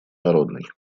народной